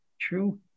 true